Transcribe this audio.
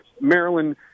Maryland